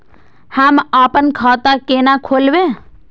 हम आपन खाता केना खोलेबे?